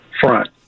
front